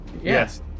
Yes